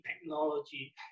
technology